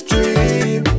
Dream